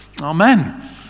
amen